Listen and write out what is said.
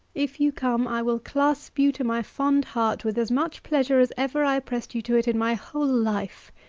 if you come, i will clasp you to my fond heart, with as much pleasure as ever i pressed you to it in my whole life.